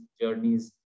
journeys